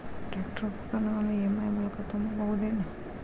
Tractor ಉಪಕರಣಗಳನ್ನು EMI ಮೂಲಕ ತುಂಬಬಹುದ ಏನ್?